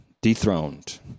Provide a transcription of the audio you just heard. dethroned